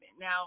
Now